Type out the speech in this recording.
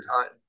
time